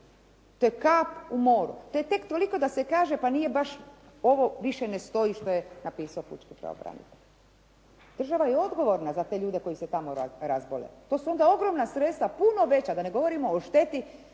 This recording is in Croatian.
To je kap u moru. To je tek toliko da se kaže pa nije baš, ovo više ne stoji što je napisao pučki pravobranitelj. Država je odgovorna za te ljude koji se tamo razbole. To su onda ogromna sredstva, puno veća, da ne govorimo o šteti